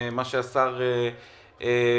מה שהשר ביקש.